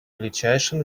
величайшим